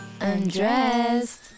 Undressed